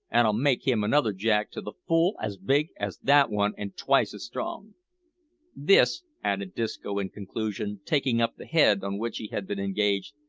and i'll make him another jack to the full as big as that one an' twice as strong this, added disco in conclusion, taking up the head on which he had been engaged,